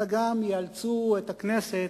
אלא הן גם יאלצו את הכנסת,